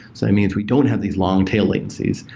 so it means we don't have these long tail latencies,